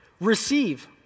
Receive